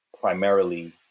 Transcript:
primarily